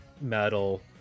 metal